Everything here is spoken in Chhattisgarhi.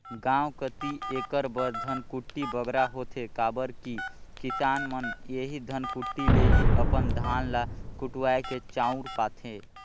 गाँव कती एकर बर धनकुट्टी बगरा होथे काबर कि किसान मन एही धनकुट्टी ले ही अपन धान ल कुटवाए के चाँउर पाथें